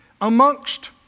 amongst